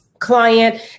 client